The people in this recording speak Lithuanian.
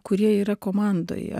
kurie yra komandoje